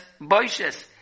Boishes